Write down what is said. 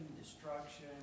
destruction